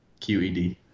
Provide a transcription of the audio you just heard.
QED